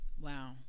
Wow